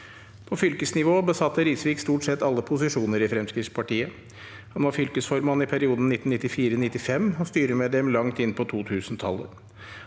På fylkesnivå besatte Risvik stort sett alle posisjoner i Fremskrittspartiet. Han var fylkesformann i perioden 1994–1995 og styremedlem til langt inn på 2000-tallet.